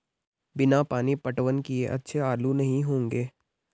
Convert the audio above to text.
बिना पानी पटवन किए अच्छे आलू नही होंगे